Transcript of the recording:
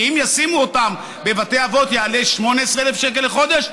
כי אם ישימו אותם בבתי אבות זה יעלה 18,000 שקל לחודש,